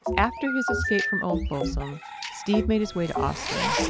after his escape from old folsom steve made his way to austin.